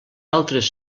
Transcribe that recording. altres